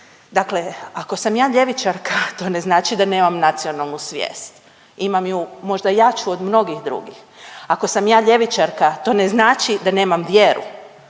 Dakle ako sam ja ljevičarka to ne znači da nemam nacionalnu svijest, imam ju možda jaču od mnogih drugih. Ako sam ja ljevičarka, to ne znači da nemam vjeru.